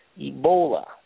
Ebola